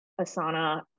Asana